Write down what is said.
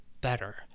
better